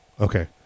okay